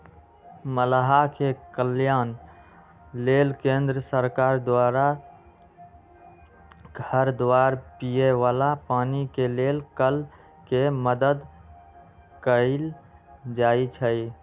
मलाह के कल्याण लेल केंद्र सरकार द्वारा घर दुआर, पिए बला पानी के लेल कल के मदद कएल जाइ छइ